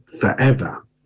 forever